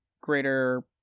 greater